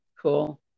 cool